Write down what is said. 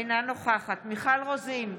אינה נוכחת מיכל רוזין,